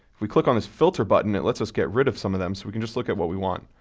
we click on this filter button, it let's us get rid of some of them so we can just look at what we want.